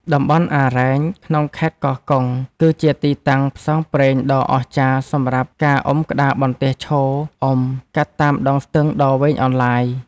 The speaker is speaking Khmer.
តំបន់អារ៉ែងក្នុងខេត្តកោះកុង គឺជាទីតាំងផ្សងព្រេងដ៏អស្ចារ្យសម្រាប់ការអុំក្តារបន្ទះឈរអុំ កាត់តាមដងស្ទឹងដ៏វែងអន្លាយ។